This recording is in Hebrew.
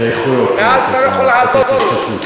ואז אני לא יכול לעזור לו.